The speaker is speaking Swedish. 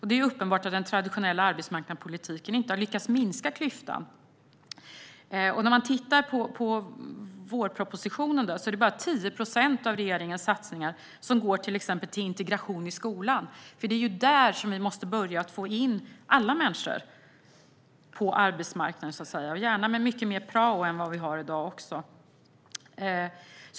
Det är uppenbart att den traditionella arbetsmarknadspolitiken inte har lyckats minska klyftan. I vårpropositionen är det bara 10 procent av regeringens satsningar som exempelvis går till integration i skolan. Det är där vi måste börja få in alla människor när det handlar om arbetsmarknaden, och gärna med mycket mer prao än vad vi har i dag.